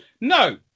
No